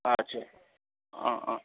अच्छा अँ अँ